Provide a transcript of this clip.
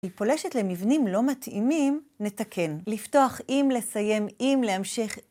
היא פולשת למבנים לא מתאימים, נתקן. לפתוח עם, לסיים עם, להמשך עם.